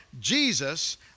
Jesus